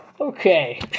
okay